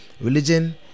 religion